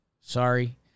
Sorry